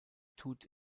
tut